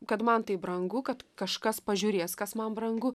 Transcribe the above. kad man tai brangu kad kažkas pažiūrės kas man brangu